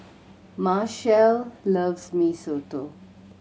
Machelle loves Mee Soto